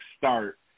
start